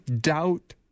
doubt